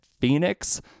Phoenix